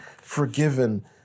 forgiven